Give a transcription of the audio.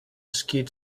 skid